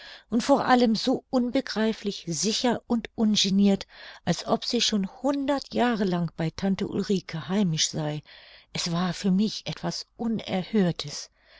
und vor allem so unbegreiflich sicher und ungenirt als ob sie schon hundert jahre lang bei tante ulrike heimisch sei es war für mich etwas unerhörtes